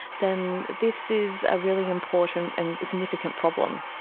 then this is a really important and significant problem.